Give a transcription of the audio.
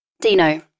Dino